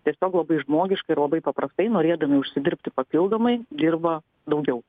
tiesiog labai žmogiškaiir labai paprastai norėdami užsidirbti papildomai dirba daugiau